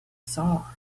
saw